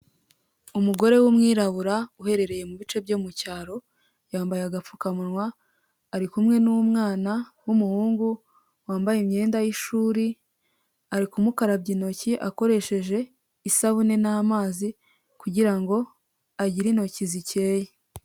Umugore w'umwirabura uherereye mu bice byo mu cyaro, yambaye agapfukamunwa ari kumwe n'umwana w'umuhungu wambaye imyenda y'ishuri, ari kumukarabya intoki akoresheje isabune n'amazi kugira ngo agire intoki zikeye.